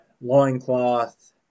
loincloth